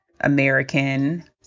American